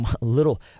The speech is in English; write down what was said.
little